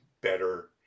better